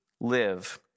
live